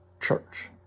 Church